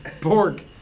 Pork